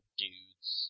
dudes